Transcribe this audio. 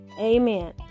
Amen